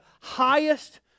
highest